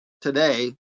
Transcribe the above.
today